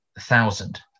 thousand